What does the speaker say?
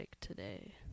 today